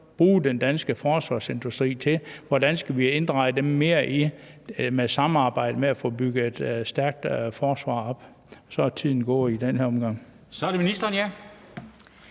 bruge den danske forsvarsindustri til, og hvordan vi skal inddrage den mere i samarbejdet med at få bygget et stærkt forsvar op. Og så er tiden gået i den her omgang. Kl. 16:00 Formanden